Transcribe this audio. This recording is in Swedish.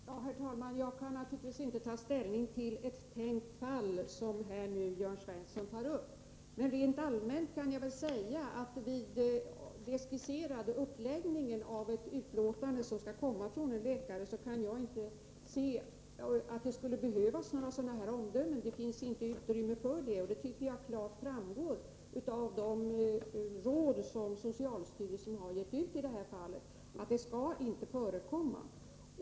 Herr talman! Jag kan naturligtvis inte ta ställning till ett tänkt fall som Jörn Svensson nu tar upp. Men rent allmänt kan jag säga att jag inte ser att det i ett utlåtande från en läkare behövs några omdömen av den art Jörn Svensson nämner. Det finns inte utrymme för det, och jag tycker att det av de råd som socialstyrelsen har gett ut klart framgår att detta inte skall förekomma.